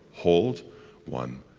hold one,